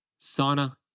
sauna